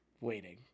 waiting